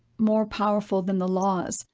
more powerful than the laws,